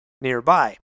Nearby